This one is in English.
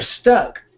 stuck